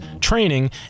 training